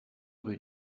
rue